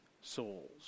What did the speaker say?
souls